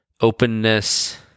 Openness